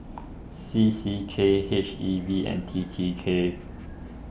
C C K H E B and T T K